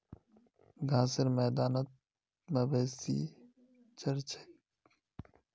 घासेर मैदानत मवेशी चर छेक